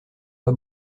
pas